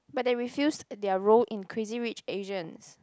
but they refused their role in Crazy-Rich-Asians